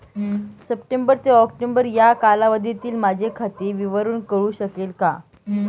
September ते October या कालावधीतील माझे खाते विवरण कळू शकेल का?